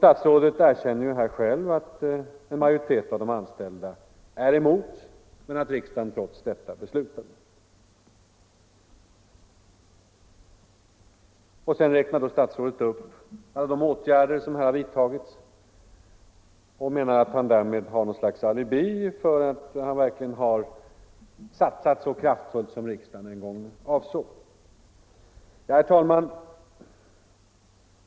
Statsrådet erkänner själv att en majoritet av de an — Om omplaceringen ställda är emot en utflyttning men att riksdagen trots detta beslutat om = avstatsanställd som en sådan. ej önskar medfölja Statsrådet räknade upp alla de åtgärder som vidtagits och menade sig vid verksutflyttning, i dem ha något slags alibi för att man verkligen satsat så kraftfullt som m.m. riksdagen en gång avsåg. Herr talman!